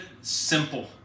simple